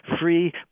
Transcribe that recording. free